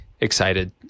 excited